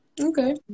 Okay